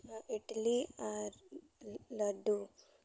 Italy ᱟᱨ ᱞᱟᱹᱰᱩ